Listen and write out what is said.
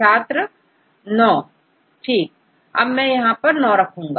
छात्र 9 सही अब मैं 9 रखता हूं